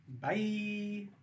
Bye